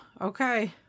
Okay